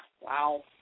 wow